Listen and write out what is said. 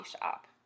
shop